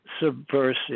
subversive